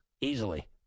easily